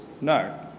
no